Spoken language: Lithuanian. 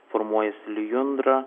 formuosis lijundra